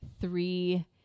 three